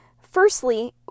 firstly